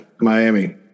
Miami